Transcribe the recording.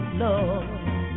love